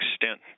extent